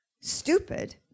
Stupid